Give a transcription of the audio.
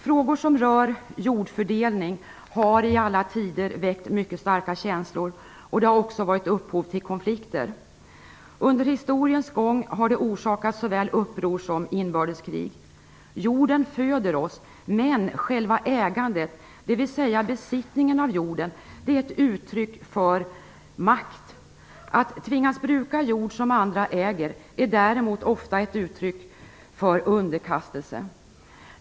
Frågor som rör jordfördelning har i alla tider väckt mycket starka känslor och även givit upphov till konflikter. Under historiens gång har de orsakat såväl uppror som inbördeskrig. Jorden föder oss, men själva ägandet, dvs. besittningen av jorden är ett uttryck för makt. Att tvingas bruka jord som andra äger är däremot ofta ett uttryck för underkastelse.